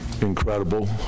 incredible